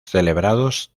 celebrados